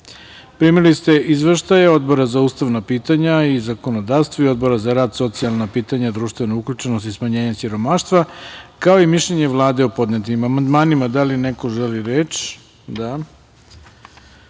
ste izveštaje Odbora za ustavna pitanja i zakonodavstvo i Odbora za rad, socijalna pitanja, društvenu uključenost i smanjenja siromaštva, kao i mišljenje Vlade o podnetim amandmanima. Da li neko želi reč?